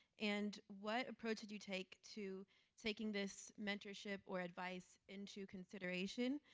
and what approach did you take to taking this mentorship or advice into consideration?